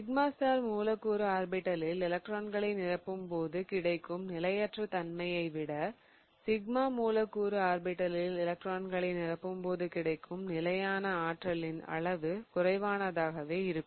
σ மூலக்கூறு ஆர்பிடலில் எலக்ட்ரான்களை நிரப்பும் போது கிடைக்கும் நிலையற்ற தன்மையை விட σ மூலக்கூறு ஆர்பிடலில் எலக்ட்ரான்களை நிரப்பும் போது கிடைக்கும் நிலையான ஆற்றலின் அளவு குறைவானதாகவே இருக்கும்